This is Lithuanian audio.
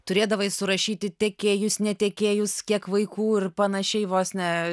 turėdavai surašyti tekėjus netekėjus kiek vaikų ir panašiai vos ne